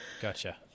Gotcha